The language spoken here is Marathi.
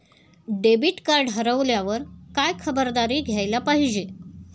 डेबिट कार्ड हरवल्यावर काय खबरदारी घ्यायला पाहिजे?